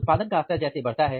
उत्पादन का स्तर जैसे बढ़ता है